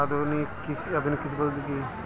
আধুনিক কৃষি পদ্ধতি কী?